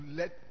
let